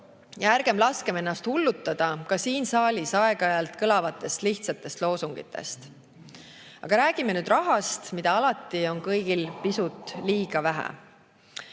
ja ärgem laskem ennast hullutada ka siin saalis aeg-ajalt kõlavatest lihtsatest loosungitest. Aga räägime nüüd rahast, mida alati on kõigil pisut liiga vähe.